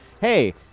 hey